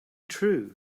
true